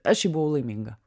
aš šiaip buvau laiminga